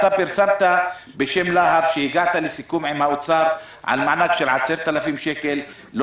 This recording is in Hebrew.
אתה פרסמת בשם לה"ב שהגעת לסיכום עם האוצר על מענק של 10,000 שקלים.